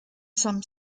some